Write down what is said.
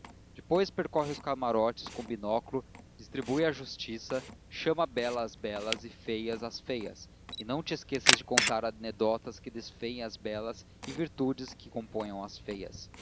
depois percorre os camarotes com o binóculo distribui justiça chama belas às belas e feias às feias e não te esqueças de contar anedotas que desfeiem as belas e virtudes que componham as feias